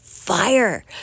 fire